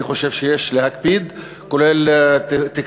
אני חושב שיש להקפיד, כולל תקצוב,